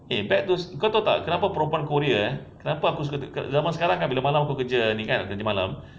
okay back to eh kau tahu tak kenapa perempuan korea eh kenapa aku suka tengok zaman sekarang kan bila aku kerja ni kan kerja malam